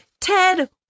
Ted